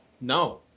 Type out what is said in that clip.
No